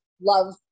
love